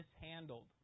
mishandled